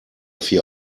vier